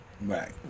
Right